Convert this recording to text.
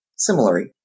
Similarly